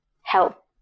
help